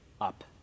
up